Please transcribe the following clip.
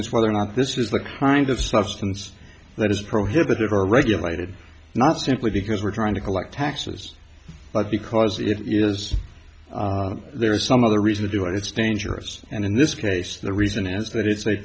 is whether or not this is the kind of substance that is prohibited are regulated not simply because we're trying to collect taxes but because it is there is some other reason to do it it's dangerous and in this case the reason is that it's a